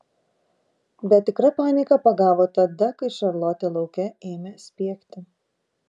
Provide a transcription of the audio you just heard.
bet tikra panika pagavo tada kai šarlotė lauke ėmė spiegti